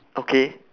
okay